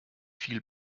viel